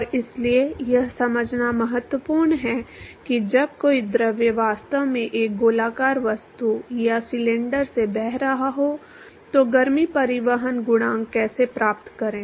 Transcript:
और इसलिए यह समझना महत्वपूर्ण है कि जब कोई द्रव वास्तव में एक गोलाकार वस्तु या सिलेंडर से बह रहा हो तो गर्मी परिवहन गुणांक कैसे प्राप्त करें